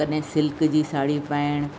कॾहिं सिल्क जी साड़ी पाइणु